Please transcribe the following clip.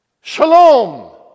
Shalom